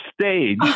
stage